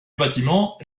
bâtiment